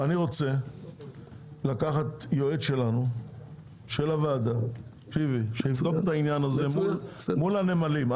אני רוצה לקחת יועץ של הוועדה שיבדוק את העניין הזה מול הנמלים.